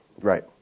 right